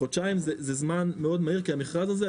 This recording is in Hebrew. חודשיים זה זמן מאוד מהיר כי המכרז הזה,